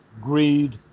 greed